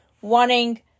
wanting